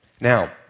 Now